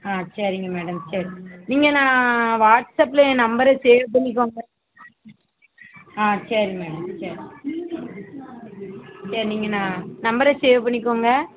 ஆ சரிங்க மேடம் சரிங்க நீங்கள் நான் வாட்ஸ்அப்பில் என் நம்பரை சேவ் பண்ணிக்கங்க ஆ சரி மேடம் சரி நீங்கள் நான் நம்பரை சேவ் பண்ணிக்கங்க